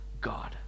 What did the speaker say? God